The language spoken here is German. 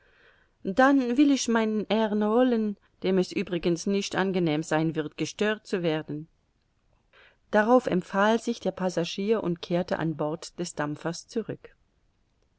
dann will ich meinen herrn holen dem es übrigens nicht angenehm sein wird gestört zu werden darauf empfahl sich der passagier und kehrte an bord des dampfers zurück